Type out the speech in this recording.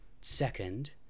second